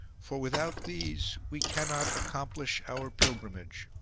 for without these we cannot accomplish our pilgrimage